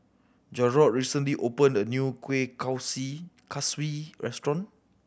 Jarrod recently opened a new kueh kaswi restaurant